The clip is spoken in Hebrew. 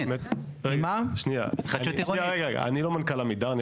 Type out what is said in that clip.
אני לא מנכ"ל עמידר.